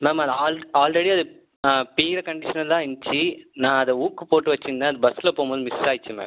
ma'am அது all already அது பிய்யிற கண்டிஷனில் தான் இருந்துச்சு நான் அதை ஊக்கு போட்டு வச்சுருந்தேன் அது பஸ்ஸில போகும்போது மிஸ் ஆயிடுச்சு மேம்